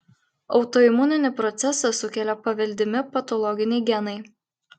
autoimuninį procesą sukelia paveldimi patologiniai genai